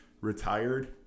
retired